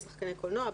בשחקני קולנוע,